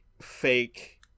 fake